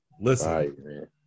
Listen